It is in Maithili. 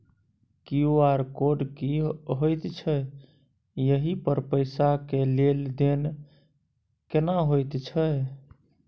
क्यू.आर कोड की होयत छै एहि पर पैसा के लेन देन केना होयत छै?